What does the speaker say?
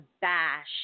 bash